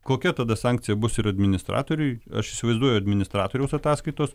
kokia tada sankcija bus ir administratoriui aš įsivaizduoju administratoriaus ataskaitos